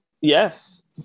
Yes